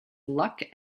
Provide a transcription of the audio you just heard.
luck